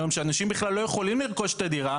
שאנשים בכלל לא יכולים לרכוש את הדירה,